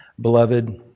Beloved